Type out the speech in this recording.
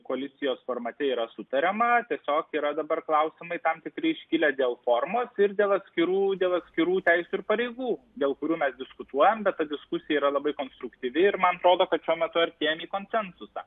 koalicijos formate yra sutariama tiesiog yra dabar klausimai tam tikri iškilę dėl formos ir dėl atskirų dėl atskirų teisių ir pareigų dėl kurių mes diskutuojam bet ta diskusija yra labai konstruktyvi ir man atrodo kad šiuo metu artėjam į konsensusą